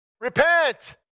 Repent